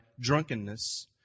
Drunkenness